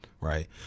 Right